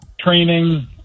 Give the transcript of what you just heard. training